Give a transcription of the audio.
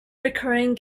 recurring